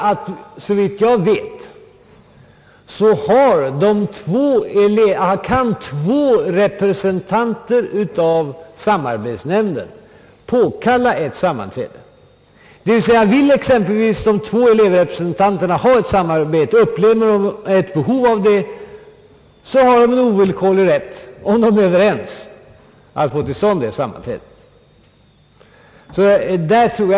Såvitt jag vet kan två representanter i samarbetsnämnden påkalla ett sammanträde. Vill exempelvis de två elevrepresentanterna ha ett sammanträde, upplever de ett behov av det, då har de en ovillkorlig rätt — om de är överens — att få till stånd det sammanträdet.